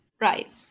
Right